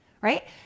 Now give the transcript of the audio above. Right